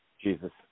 Jesus